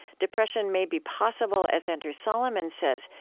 depression may be possible, as andrew solomon says,